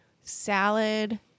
salad